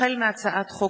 החל בהצעת חוק